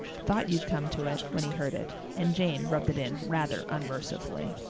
thought you'd come to it, when he heard it, and jane rubbed it in rather unmercifully.